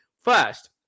First